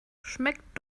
schmeckt